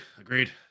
agreed